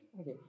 okay